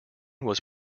was